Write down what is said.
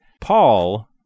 Paul